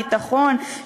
ביטחון,